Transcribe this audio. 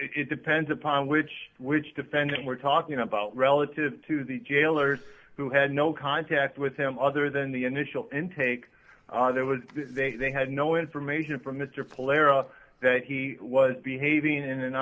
it depends upon which which defendant we're talking about relative to the jailers who had no contact with him other than the initial intake there was they had no information from mr player that he was behaving in an